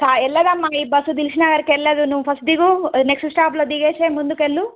వెళ్లదమ్మా ఈ బస్సు దిల్సుఖ్నగర్కు వెళ్ళదు నువ్వు ఫస్ట్ దిగు నెక్స్ట్ స్టాప్లో దిగేసేయి ముందుకెళ్ళు